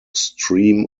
stream